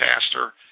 pastor